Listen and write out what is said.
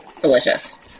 Delicious